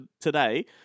today